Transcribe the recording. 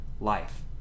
life